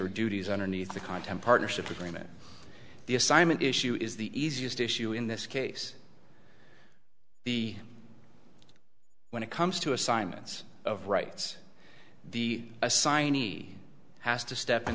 or duties underneath the content partnership agreement the assignment issue is the easiest issue in this case the when it comes to assignments of rights the assignee has to step in